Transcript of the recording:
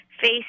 face